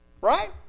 Right